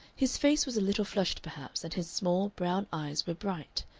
his face was a little flushed perhaps, and his small, brown eyes were bright.